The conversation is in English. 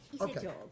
okay